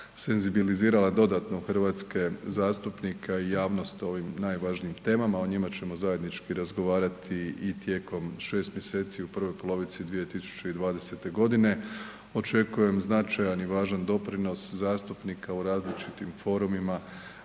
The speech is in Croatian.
senzibilizirala dodatno hrvatske zastupnike a i javnost o ovim najvažnijim temama, o njima ćemo zajednički razgovarati i tijekom 6.mj u prvoj polovici 2020. godine. Očekujem značajan i važan doprinos zastupnika u različitim forumima